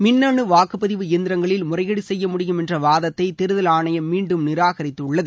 மின்னு வாக்குப்பதிவு எந்திரங்களில் முறைகேடு செய்ய முடியும் என்ற வாதத்தை தேர்தல் ஆணையம் மீண்டும் நிராகரித்துள்ளது